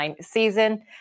season